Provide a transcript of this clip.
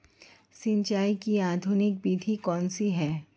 सिंचाई की आधुनिक विधि कौन सी है?